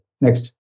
Next